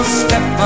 step